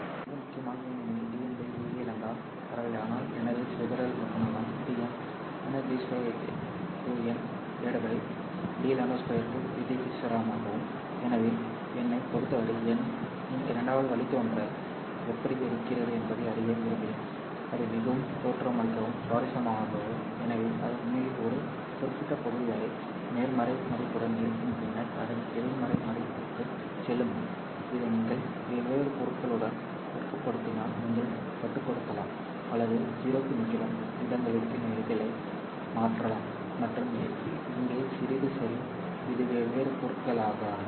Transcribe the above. இப்போது மிக முக்கியமாக ஏனெனில் dn dλ பரவாயில்லை ஆனால் எனது சிதறல் குணகம் Dm - d2nd λ2 க்கு விகிதாசாரமாகும் எனவே n ஐப் பொறுத்தவரை n இன் இரண்டாவது வழித்தோன்றல் எப்படி இருக்கிறது என்பதை அறிய விரும்புகிறேன் அது மிகவும் தோற்றமளிக்கும் சுவாரஸ்யமானது எனவே அது உண்மையில் ஒரு குறிப்பிட்ட பகுதி வரை நேர்மறை மதிப்புடன் இருக்கும் பின்னர் அது எதிர்மறை மதிப்புக்குச் செல்லும் இதை நீங்கள் வெவ்வேறு பொருட்களுடன் ஊக்கப்படுத்தினால் நீங்கள் கட்டுப்படுத்தலாம் அல்லது 0 நிகழும் இடங்களின் நிலைகளை மாற்றலாம் மற்றும் இங்கே சிறிது சரி இது வெவ்வேறு பொருட்களுக்கானது